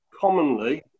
commonly